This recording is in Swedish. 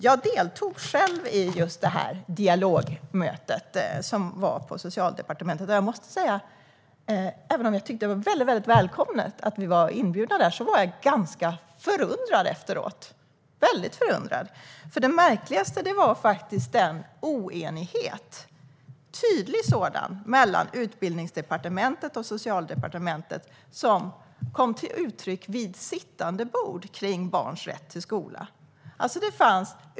Jag deltog själv i dialogmötet på Socialdepartementet. Även om jag tyckte att det var väldigt välkommet att vi var inbjudna var jag ganska förundrad efteråt. Det märkligaste var faktiskt oenigheten - en tydlig sådan - mellan Utbildningsdepartementet och Socialdepartementet om barns rätt till skola, som kom till uttryck vid sittande bord.